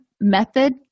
method